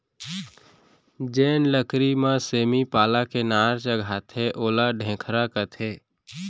जेन लकरी म सेमी पाला के नार चघाथें ओला ढेखरा कथें